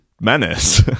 menace